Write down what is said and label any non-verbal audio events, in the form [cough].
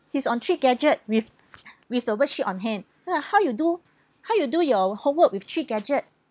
he is on three gadget with [breath] with the worksheet on hand so like how you do how you do your homework with three gadget